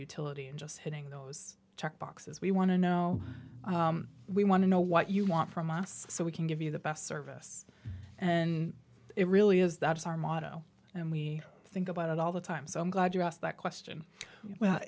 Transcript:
utility and just hitting those check boxes we want to know we want to know what you want from us so we can give you the best service and it really is that is our motto and we think about it all the time so i'm glad you asked that question